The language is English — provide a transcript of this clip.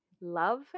love